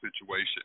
situation